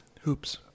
Hoops